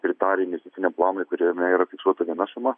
pritarę investiciniam planui kuriame yra fiksuota viena suma